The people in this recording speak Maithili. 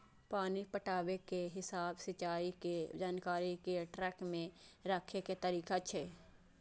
पानि पटाबै के हिसाब सिंचाइ के जानकारी कें ट्रैक मे राखै के तरीका छियै